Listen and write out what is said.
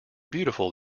beautiful